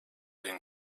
den